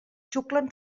xuclen